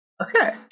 Okay